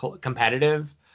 competitive